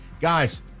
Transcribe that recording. Guys